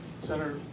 Senator